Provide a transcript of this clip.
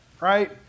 right